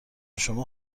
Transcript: شما